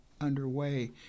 underway